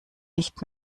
nicht